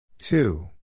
Two